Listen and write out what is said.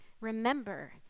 Remember